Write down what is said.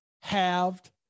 halved